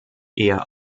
eher